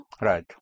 Right